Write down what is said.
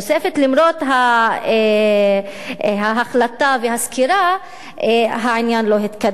למרות ההחלטה והסקירה העניין לא התקדם,